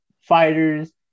fighters